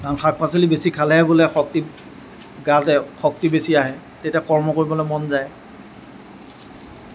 শাক পাচলি বেছি খালেহে বোলে শক্তি গাত শক্তি বেছি আহে তেতিয়া কৰ্ম কৰিবলৈ মন যায়